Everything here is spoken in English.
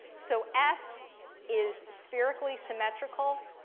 so s is spherically symmetrical.